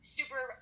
super